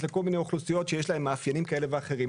לכל מיני אוכלוסיות שיש להן מאפיינים כאלה ואחרים,